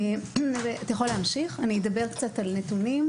אני אדבר קצת על נתונים,